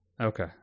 Okay